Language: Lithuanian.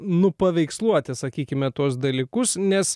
nupaveiksluoti sakykim tuos dalykus nes